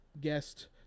guest